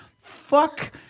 Fuck